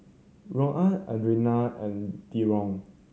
Louann Adrianne and Deron